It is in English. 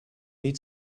need